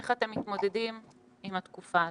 איך אתם מתמודדים עם התקופה הזו.